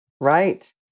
Right